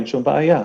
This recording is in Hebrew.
אין שום בעיה,